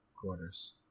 quarters